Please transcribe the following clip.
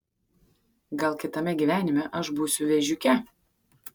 gal kitame gyvenime aš būsiu vėžiuke